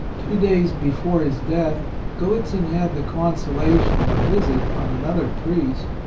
two days before his death gallitzin had the consolation of a visit from another priest,